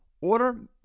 Order